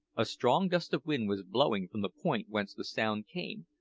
a strong gust of wind was blowing from the point whence the sound came,